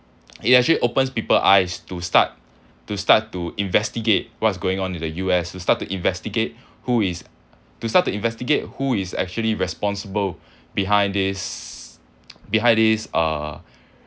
it actually opens people eyes to start to start to investigate what's going on in the U_S to start to investigate who is to start to investigate who is actually responsible behind this behind this uh